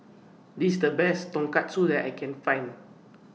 This IS The Best Tonkatsu that I Can Find